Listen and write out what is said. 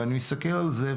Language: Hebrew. אני מסתכל על זה,